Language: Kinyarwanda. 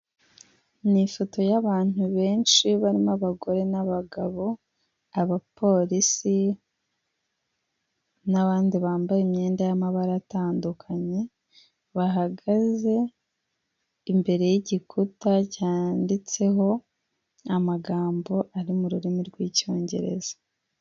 Ni ifoto y'abantu benshi barimo abagore n'abagabo, abapolisi n'abandi bambaye imyenda y'amabara atandukanye, bahagaze imbere y'igikuta cyanditseho amagambo ari mu rurimi rw'Icyongereza.